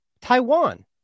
Taiwan